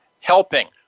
helping